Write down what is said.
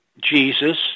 Jesus